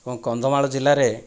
ଏବଂ କନ୍ଧମାଳ ଜିଲ୍ଲାରେ